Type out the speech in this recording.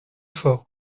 fort